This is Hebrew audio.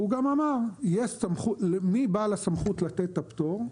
והוא גם אמר מי בעל הסמכות לתת את הפטור.